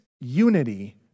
unity